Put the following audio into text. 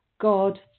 God